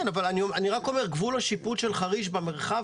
אבל אני רק אומר שגבול השיפוט של חריש במרחב